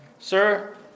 Sir